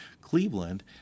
Cleveland